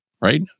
right